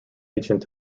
ancient